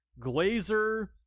Glazer